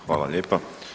Hvala lijepa.